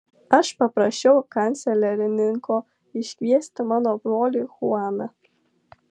aš paprašiau kanceliarininko iškviesti mano brolį chuaną